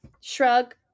shrug